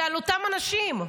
זה על אותם אנשים.